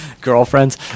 Girlfriends